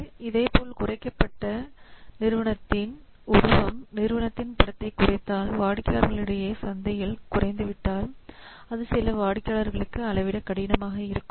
இதேபோல் குறைக்கப்பட்ட நிறுவனத்தின் உருவம் நிறுவனத்தின் படத்தை குறைத்தால் வாடிக்கையாளர்களிடையே சந்தையில் குறைந்துவிட்டால் அது சில வாடிக்கையாளர்களுக்கு அளவிட கடினமாக இருக்கும்